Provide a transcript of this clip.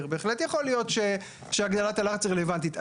בהחלט יכול להיות שהגדלת הלחץ היא רלוונטית.